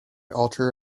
ultra